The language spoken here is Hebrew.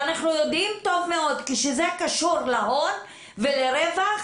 ואנחנו יודעים טוב מאוד שכשזה קשור להון ולרווח